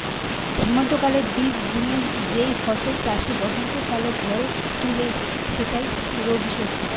হেমন্তকালে বীজ বুনে যেই ফসল চাষি বসন্তকালে ঘরে তুলে সেটাই রবিশস্য